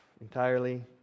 entirely